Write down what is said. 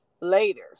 later